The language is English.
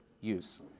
use